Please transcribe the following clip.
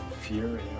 Fury